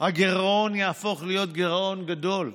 הגירעון יהפוך להיות גירעון גדול,